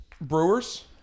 Brewers